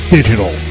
Digital